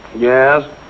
Yes